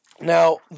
Now